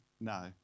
No